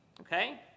Okay